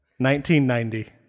1990